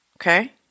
Okay